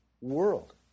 world